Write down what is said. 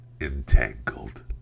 entangled